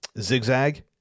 zigzag